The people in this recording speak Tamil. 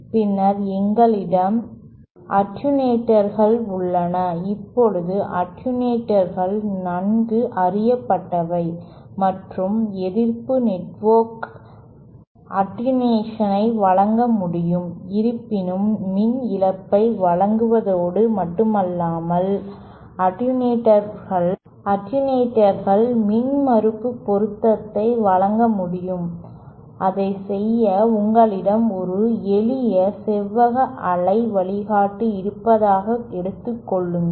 பின்னர் எங்களிடம் அட்டென்யூட்டர்கள் உள்ளன இப்போது அட்டென்யூட்டர்கள் நன்கு அறியப்பட்டவை மற்றும் எதிர்ப்பு நெட்வொர்க் அட்டென்யூஷன் ஐ வழங்க முடியும் இருப்பினும் மின் இழப்பை வழங்குவதோடு மட்டுமல்லாமல் அட்டெனுவேட்டர்களும் மின்மறுப்பு பொருத்தத்தை வழங்க வேண்டும் அதைச் செய்ய உங்களிடம் ஒரு எளிய செவ்வக அலை வழிகாட்டி இருப்பதாகக் எடுத்துக்கொள்ளுங்கள்